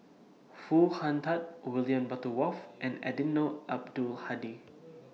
Foo Hong Tatt William Butterworth and Eddino Abdul Hadi